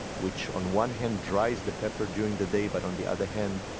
which, on one hand, dries the pepper during the day, but on the other hand,